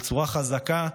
בצורה חזקה,